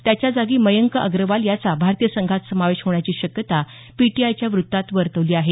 त्याच्या जागी मयंक अग्रवाल याचा भारतीय संघात समावेश होण्याची शक्यता पीटीआयच्या वृत्तात वर्तवली आहे